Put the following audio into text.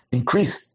increase